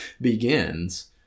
begins